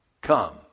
Come